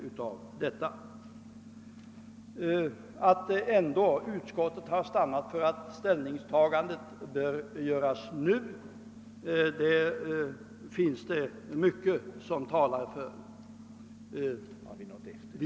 Utskottet har ändå stannat för att ställningstagandet bör göras nu. Det finns mycket som talar för detta.